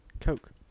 Coke